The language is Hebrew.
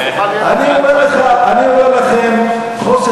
אז תוכל,